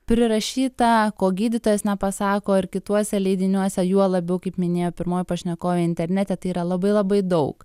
prirašyta ko gydytojas nepasako ar kituose leidiniuose juo labiau kaip minėjo pirmoji pašnekovė internete tai yra labai labai daug